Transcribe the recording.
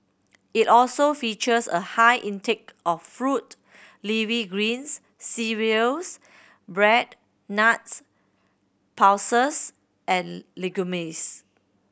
it also features a high intake of fruit leafy greens cereals bread nuts pulses and